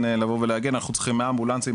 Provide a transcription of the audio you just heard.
לבוא ולהגיד אנחנו צריכים 100 אמבולנסים,